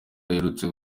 aherutse